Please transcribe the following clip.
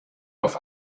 auf